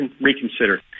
reconsider